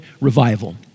revival